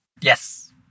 Yes